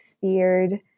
feared